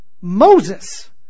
Moses